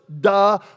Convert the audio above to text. Duh